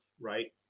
right